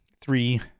three